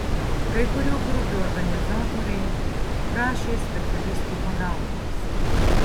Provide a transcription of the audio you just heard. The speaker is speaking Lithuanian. kai kurių grupių organizatoriai prašė specialistų pagalbos